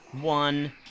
One